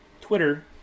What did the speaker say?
Twitter